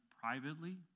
privately